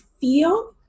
feel